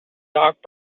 doc